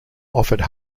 offered